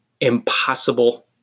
impossible